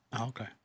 Okay